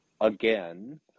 again